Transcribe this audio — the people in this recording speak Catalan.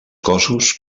cossos